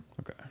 Okay